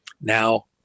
now